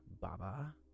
Baba